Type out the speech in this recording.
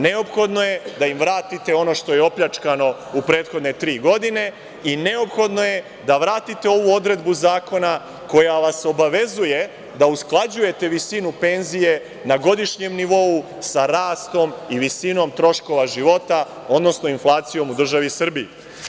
Neophodno je da im vratite ono što je opljačkano u prethodne tri godine i neophodno je da vratite ovu odredbu zakona koja vas obavezuje da usklađujete visinu penzije na godišnjem nivou sa rastom i visinom troškova života, odnosno inflacijom u državi Srbiji.